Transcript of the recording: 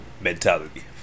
mentality